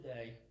today